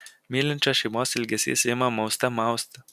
mylinčios šeimos ilgesys ima mauste mausti